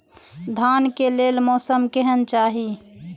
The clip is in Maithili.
धान के लेल मौसम केहन चाहि?